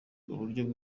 uburyo